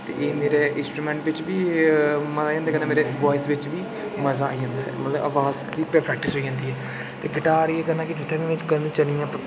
ते एह् मेरे इंसट्रूमैंट बिच बी मेरे ने वॉइस बिच बी मजा आई जंदा ऐ ते मतलब आवाज दी प्रैक्टिस होई जंदी ऐ ते गिटार केह् करना के जित्थै बी में करन चली जा